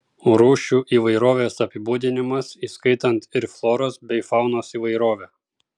rūšių įvairovės apibūdinimas įskaitant ir floros bei faunos įvairovę